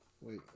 Wait